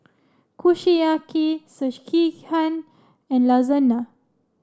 Kushiyaki Sekihan and Lasagna